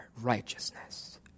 righteousness